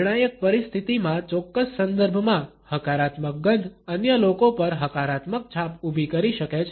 નિર્ણાયક પરિસ્થિતિમાં ચોક્કસ સંદર્ભમાં હકારાત્મક ગંધ અન્ય લોકો પર હકારાત્મક છાપ ઉભી કરી શકે છે